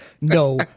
no